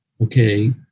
okay